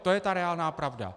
To je ta reálná pravda.